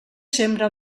sembra